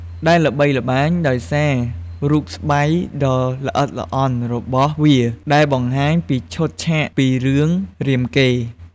ដែលល្បីល្បាញដោយសាររូបស្បែកដ៏ល្អិតល្អន់របស់វា ដែលបង្ហាញពីឈុតឆាកពី រឿងរាមកេរ្តិ៍។